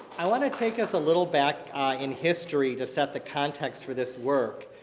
i want to take us a little back in history to set the context for this work.